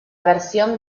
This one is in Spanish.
versión